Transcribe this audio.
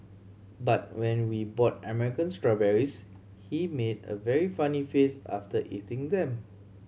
but when we bought American strawberries he made a very funny face after eating them